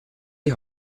die